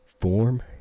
form